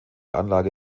anlage